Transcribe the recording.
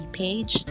page